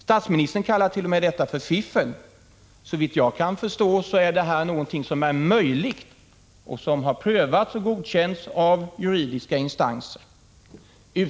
Statsministern kallar t.o.m. samarbetet mellan centern och kds för fiffel. Såvitt jag kan förstå, är det någonting som är möjligt och som har prövats och godkänts av juridiska instanser.